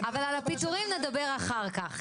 כנראה --- אבל על פיטורים נדבר אחר כך.